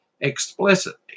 explicitly